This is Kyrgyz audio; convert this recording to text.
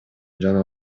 жана